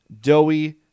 doughy